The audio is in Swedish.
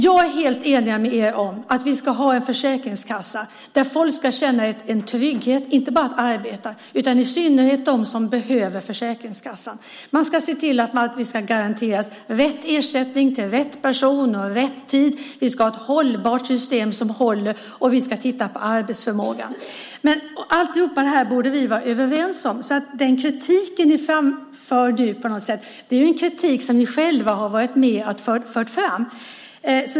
Jag är helt enig med er om att vi ska ha en försäkringskassa där folk känner trygghet - inte bara de som arbetar där utan i synnerhet de som behöver Försäkringskassan. Vi ska se till att garantera rätt ersättning till rätt person i rätt tid. Vi ska ha ett hållbart system, och vi ska titta på arbetsförmågan. Allt detta borde vi vara överens om. Den kritik som ni framför är på något sätt en kritik mot det som ni själva har varit med om att föra fram.